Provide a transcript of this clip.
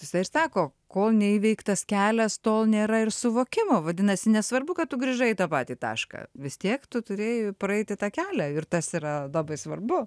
jisai sako kol neįveiktas kelias tol nėra ir suvokimo vadinasi nesvarbu kad tu grįžai į tą patį tašką vis tiek tu turėjai praeiti tą kelią ir tas yra labai svarbu